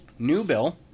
Newbill